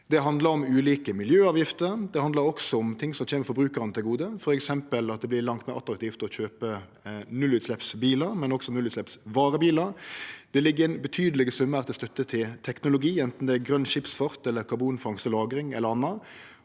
Det handlar om ulike miljøavgifter. Det handlar også om ting som kjem forbrukarane til gode, f.eks. at det vert langt meir attraktivt å kjøpe nullutsleppsbilar, men også nullutsleppsvarebilar. Det ligg betydelege summar i støtte til teknologi, anten det er grøn skipsfart eller karbonfangst og -lagring eller anna,